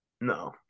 No